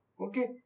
Okay